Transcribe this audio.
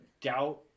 doubt